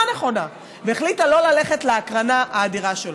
נכונה והחליטה שלא ללכת להקרנה האדירה שלו.